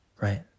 right